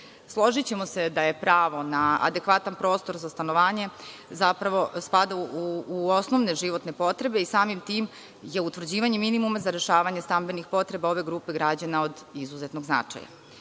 podršku. Složićemo se da je pravo na adekvatan prostor za stanovanje, zapravo spada u osnovne životne potrebe i samim tim je utvrđivanje minimuma za rešavanje stambenih potreba ove grupe građana od izuzetnog značaja